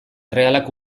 errealak